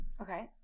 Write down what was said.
Okay